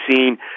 seen